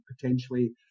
potentially